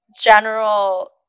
general